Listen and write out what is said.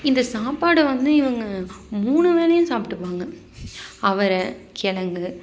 இந்த சாப்பாடு வந்து இவங்க மூணு வேலையும் சாப்பிட்டுப்பாங்க அவரை கிழங்கு